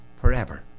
forever